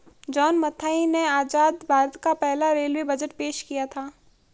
John Mathai ने आजाद भारत का पहला रेलवे बजट पेश किया था